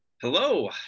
Hello